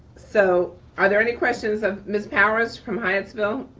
so are there any questions of ms. powers from hyattsville?